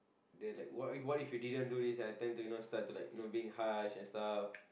the like what what if you didn't do this I tend to you know start to like no being harsh and stuff